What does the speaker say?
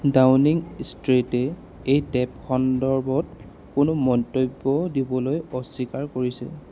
Downing ষ্টেইটে এই tape সন্দৰ্ভত কোনো মন্তব্য দিবলৈ অস্বীকাৰ কৰিছে